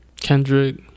kendrick